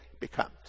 becomes